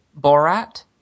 Borat